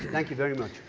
thank you very much.